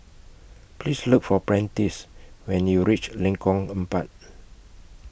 Please Look For Prentice when YOU REACH Lengkong Empat